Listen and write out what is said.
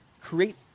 create